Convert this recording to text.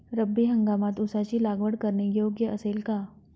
रब्बी हंगामात ऊसाची लागवड करणे योग्य असेल का?